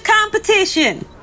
competition